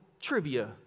trivia